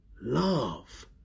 love